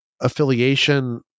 affiliation